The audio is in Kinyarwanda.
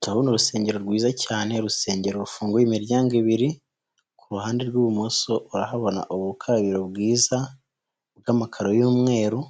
Turabona urusengero rwiza cyane, urusengero rufunguye imiryango ibiri, ku ruhande rw'ibumoso urahabona ubukarabiro bwiza bw'amakaro y'umweru,